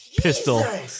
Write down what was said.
pistol